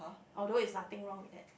although is nothing wrong with that